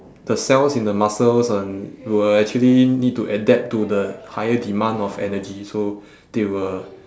the cells in the muscles uh n~ will actually need to adapt to the higher demand of energy so they will